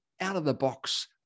out-of-the-box